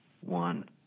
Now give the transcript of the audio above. one